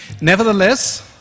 Nevertheless